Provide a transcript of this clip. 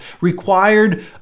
required